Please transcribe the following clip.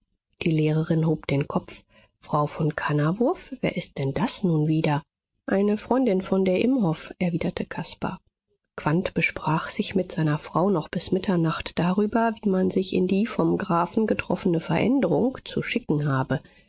die lehrerin hob den kopf frau von kannawurf wer ist denn das nun wieder eine freundin von der imhoff erwiderte caspar quandt besprach sich mit seiner frau noch bis mitternacht darüber wie man sich in die vom grafen getroffene veränderung zu schicken habe